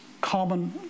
common